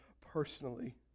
personally